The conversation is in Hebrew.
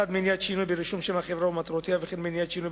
1. מניעת שינוי ברישום שם החברה ומטרותיה וכן מניעת שינוי